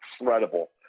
incredible